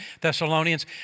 Thessalonians